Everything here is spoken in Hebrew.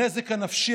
הנזק הנפשי,